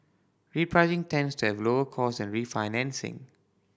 repricing tends to have lower cost than refinancing